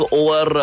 over